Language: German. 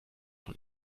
von